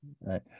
right